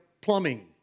plumbing